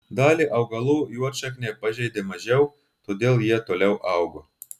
dalį augalų juodšaknė pažeidė mažiau todėl jie toliau augo